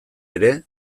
ere